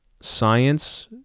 science